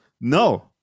No